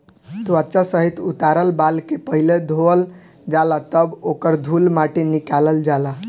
त्वचा सहित उतारल बाल के पहिले धोवल जाला तब ओकर धूल माटी निकालल जाला